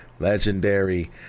Legendary